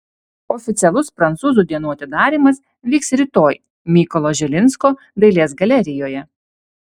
oficialus prancūzų dienų atidarymas vyks rytoj mykolo žilinsko dailės galerijoje